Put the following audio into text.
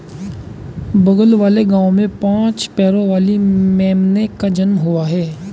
बगल वाले गांव में पांच पैरों वाली मेमने का जन्म हुआ है